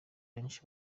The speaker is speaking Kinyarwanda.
benshi